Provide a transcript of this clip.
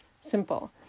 simple